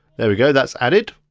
there we go, that's added.